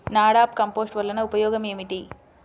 NADEP compost వలన ఉపయోగం ఏమిటి?